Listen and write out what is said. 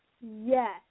Yes